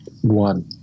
one